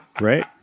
right